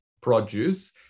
produce